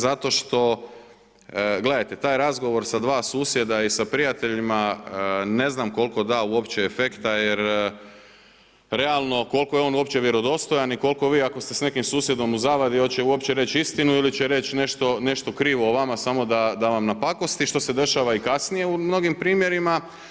Zato što, gledajte taj razgovor sa dva susjeda i sa prijateljima ne znam koliko da uopće efekta jer realno koliko je on uopće vjerodostojan i koliko vi ako ste sa nekim susjedom u zavadi hoće li uopće reći istinu ili će reći nešto krivo o vama samo da vam napakosti, što se dešava i kasnije u mnogim primjerima.